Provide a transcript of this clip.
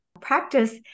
practice